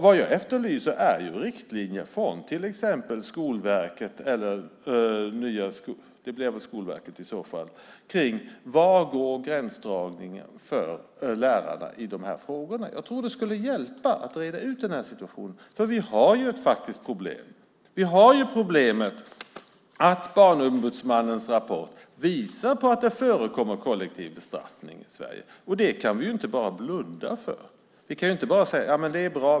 Vad jag efterlyser är riktlinjer från till exempel Skolverket - det blir väl Skolverket i så fall - kring gränsdragningen för lärarna i de här frågorna. Jag tror att det skulle hjälpa att reda ut den här situationen, för vi har ett faktiskt problem. Vi har problemet att Barnombudsmannens rapport visar på att det förekommer kollektiv bestraffning i Sverige. Det kan vi inte blunda för. Vi kan inte bara säga: Ja, men det är bra.